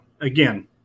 again